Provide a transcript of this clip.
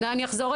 קודם כל,